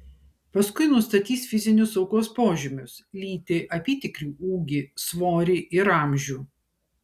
paskui nustatys fizinius aukos požymius lytį apytikrį ūgį svorį ir amžių